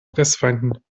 fressfeinden